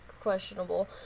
Questionable